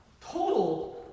Total